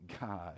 God